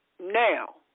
Now